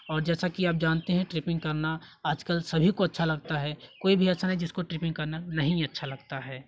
और जैसा कि आप जानते हैं ट्रिपिंग करना आजकल शरीर को अच्छा लगता है कोई भी ऐसा नहीं है जिसको ट्रिपिंग करना अच्छा नहीं लगता है